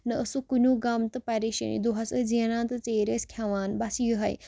نہ ٲسٕکھ کُںیُک غم تہٕ پریشٲنی دۄہَس ٲسۍ زینان تہٕ ژیٖرۍ ٲسۍ کھیٚوان بَس یِہٕے